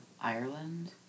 Ireland